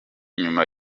nyuma